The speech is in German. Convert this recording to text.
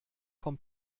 vom